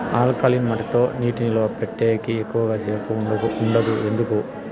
alkaline మట్టి లో నీటి నిలువ పెట్టేకి ఎక్కువగా సేపు ఉండదు ఎందుకు